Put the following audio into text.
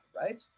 Right